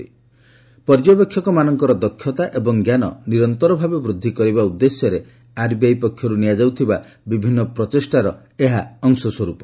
ସେ କହିଛନ୍ତି ପର୍ଯ୍ୟବେକ୍ଷକମାନଙ୍କର ଦକ୍ଷତା ଏବଂ ଜ୍ଞାନ ନିରନ୍ତର ଭାବେ ବୃଦ୍ଧି କରିବା ଉଦ୍ଦେଶ୍ୟରେ ଆର୍ବିଆଇ ପକ୍ଷରୁ ନିଆଯାଉଥିବା ବିଭିନ୍ନ ପ୍ରଚେଷ୍ଟାର ଏହା ଏକ ଅଂଶ ସ୍ୱର୍ପ